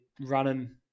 running